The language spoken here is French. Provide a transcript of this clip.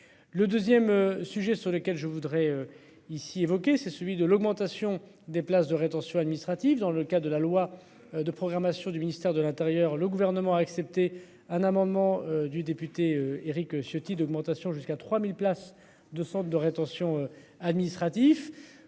Le 2ème, sujet sur lequel je voudrais ici évoquer c'est celui de l'augmentation des places de rétention administrative dans le cas de la loi de programmation du ministère de l'Intérieur, le gouvernement a accepté un amendement du député Éric Ciotti d'augmentation jusqu'à 3000 places de centre de rétention administratif